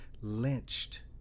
lynched